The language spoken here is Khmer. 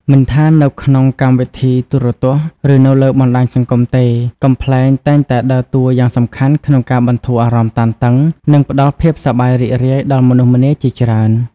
មិនថានៅក្នុងកម្មវិធីទូរទស្សន៍ ឬនៅលើបណ្ដាញសង្គមទេ កំប្លែងតែងតែដើរតួយ៉ាងសំខាន់ក្នុងការបន្ធូរ អារម្មណ៍តានតឹង និងផ្ដល់ភាពសប្បាយរីករាយដល់មនុស្សម្នាជាច្រើន។